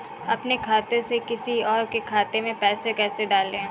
अपने खाते से किसी और के खाते में पैसे कैसे डालें?